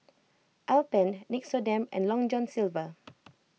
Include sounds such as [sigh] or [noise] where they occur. Alpen Nixoderm and Long John Silver [noise]